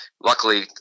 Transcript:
luckily